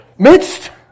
Midst